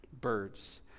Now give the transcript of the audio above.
birds